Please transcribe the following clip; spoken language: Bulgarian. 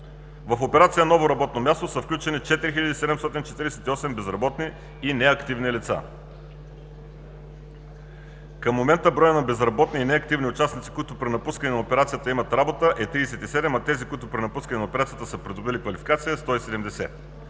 В операция „Ново работно място“ са включени 4 748 безработни и неактивни лица. Към момента броят на безработни и неактивни участници, които при напускане на операцията имат работа, е 37, а тези, които при напускане на операцията са придобили квалификация са 170.